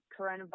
coronavirus